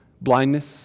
blindness